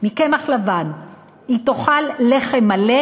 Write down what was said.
מקמח לבן היא תאכל לחם מלא,